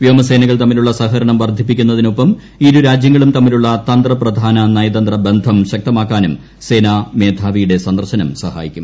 വ്യോമസേനകൾ തമ്മിലുള്ള സഹകര്ണം ്വർദ്ധിപ്പിക്കുന്നതിനൊപ്പം ഇരുരാജ്യങ്ങളും തമ്മിലുള്ള തന്ത്രപ്രധാന്ന നയതന്ത്ര ബന്ധം ശക്തമാക്കാനും സേനാ മേധാവിയുടെ സന്ദർശൻ സ്ഹായിക്കും